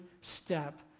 step